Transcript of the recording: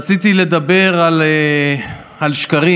רציתי לדבר על שקרים.